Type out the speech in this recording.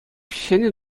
ҫӗнӗ